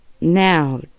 Now